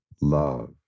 love